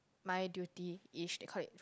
my duty is they called it